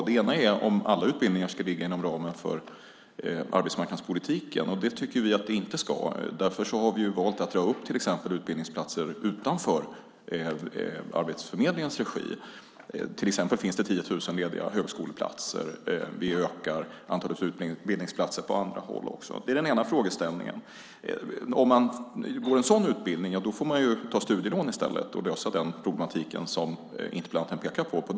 Den ena är om alla utbildningar ska ligga inom ramen för arbetsmarknadspolitiken. Det tycker vi att de inte ska. Vi har till exempel valt att ordna utbildningsplatser utanför Arbetsförmedlingens regi. Det finns till exempel 10 000 lediga högskoleplatser. Vi ökar också antalet utbildningsplatser på andra håll. Det är den ena frågeställningen. Om man går en sådan utbildning får man ta studielån i stället och på det sättet lösa den problematik som interpellanten pekar på.